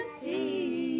see